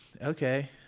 okay